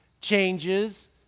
changes